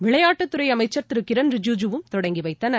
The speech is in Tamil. விளையாட்டுத்துறை அமைச்சர் திரு கிரண் ரிஜிஜூம் தொடங்கி வைத்தனர்